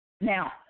Now